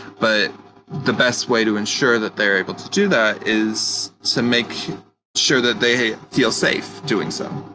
but the best way to ensure that they're able to do that is to make sure that they feel safe doing so.